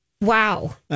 wow